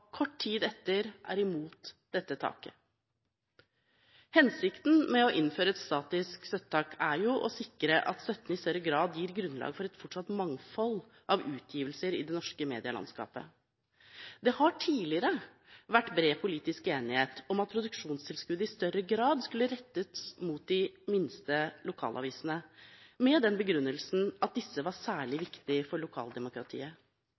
kort tid etter, er imot dette taket. Hensikten med å innføre et statisk støttetak er å sikre at støtten i større grad gir grunnlag for et fortsatt mangfold av utgivelser i det norske medielandskapet. Det har tidligere vært bred politisk enighet om at produksjonstilskuddet i større grad skulle rettes mot de minste lokalavisene, med den begrunnelsen at disse var særlig viktig for lokaldemokratiet.